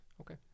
Okay